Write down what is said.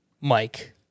Mike